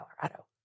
Colorado